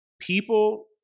people